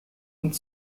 und